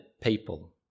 people